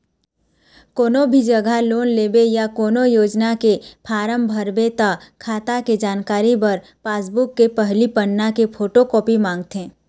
कोनो भी जघा लोन लेबे या कोनो योजना के फारम भरबे त खाता के जानकारी बर पासबूक के पहिली पन्ना के फोटोकापी मांगथे